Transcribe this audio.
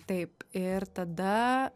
taip ir tada